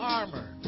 armor